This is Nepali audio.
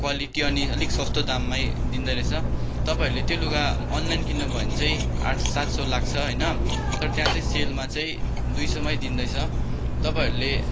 क्वालिटी अनि अलिक सस्तो दाममै दिँदोरहेछ तपाईँहरूले त्यो लुगा अनलाइन किन्नु भयो भने चाहिँ आठ सात सय लाग्छ होइन तर त्यहाँ चाहिँ सेलमा चाहिँ दुई सयमै दिँदैछ तपाईँहरूले